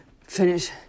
finish